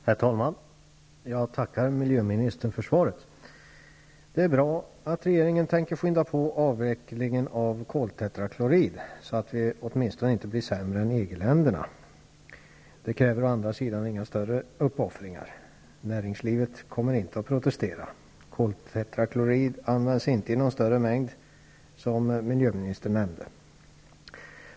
Herr talman! Jag tackar miljöministern för svaret. Det är bra att regeringen tänker skynda på avvecklingen av koltetraklorid så att vi åtminstone inte blir sämre än EG-länderna. Det kräver å andra sidan inga större uppoffringar. Näringslivet kommer inte att protestera. Koltetraklorid används inte i någon större mängd, som miljöministern nämnde.